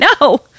No